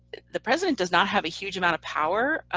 the president does not have a huge amount of power,